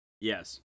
Yes